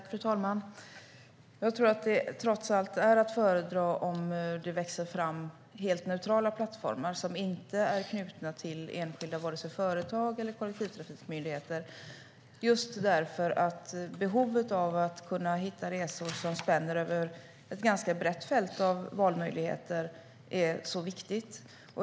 Fru talman! Jag tror att det trots allt är att föredra att det växer fram helt neutrala plattformar som varken är knutna till enskilda företag eller till kollektivtrafikmyndigheter, just därför att behovet av att kunna hitta resor som spänner över ett ganska brett fält av möjligheter är stort.